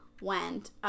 went –